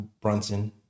Brunson